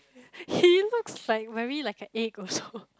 he looks like very like a egg also